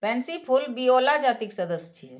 pansy फूल viola जातिक सदस्य छियै